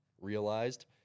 realized